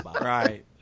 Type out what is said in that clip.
right